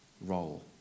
role